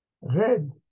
red